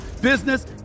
business